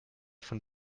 von